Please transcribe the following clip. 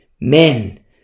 Men